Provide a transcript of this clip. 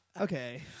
Okay